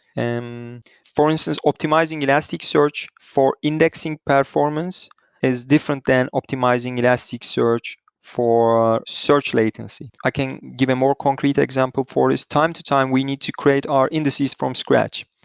and um for instance, optimizing elasticsearch for indexing performance is different than optimizing elasticsearch for search latency. i can give a more concrete example for this. time to time, we need to create our indices from scratch,